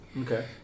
Okay